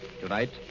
Tonight